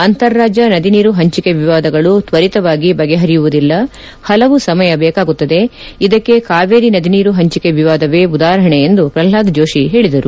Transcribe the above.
ಅಂತರ ರಾಜ್ಯ ನದಿ ನೀರು ಹಂಚಿಕೆ ವಿವಾದಗಳು ತ್ವರಿತವಾಗಿ ಬಗೆಹರಿಯುವುದಿಲ್ಲ ಹಲವು ಸಮಯ ಬೇಕಾಗುತ್ತದೆ ಇದಕ್ಕೆ ಕಾವೇರಿ ನದಿ ನೀರು ಹಂಚಿಕೆ ವಿವಾದವೇ ಉದಾಹರಣೆ ಎಂದು ಪಲ್ಹಾದ್ ಜೋಷಿ ಹೇಳಿದರು